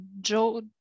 Joe